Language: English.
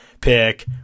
pick